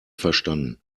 verstanden